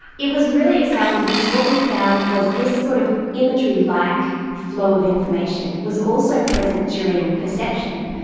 it was really exciting because what we found was this sort of imagery-like flow of information was also present during perception,